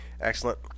excellent